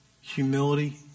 humility